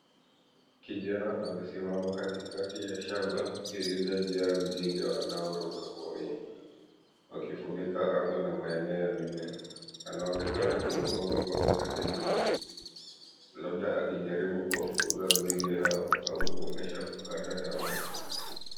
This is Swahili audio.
Kijana amesimama katikati ya shambaa lililojaa nzige wanorukaruka kwa wingi, wakifunika na maenepo ya mimea. Anaonekana kuinua mikono yake juu labda akijaribu kuwafukuza nzige hao au kuonyesha kukata tamaa.